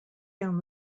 down